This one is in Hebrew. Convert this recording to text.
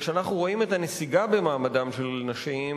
כשאנחנו רואים את הנסיגה במעמדן של נשים,